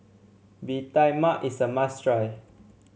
Bee Tai Mak is a must try